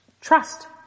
Trust